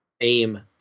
Aim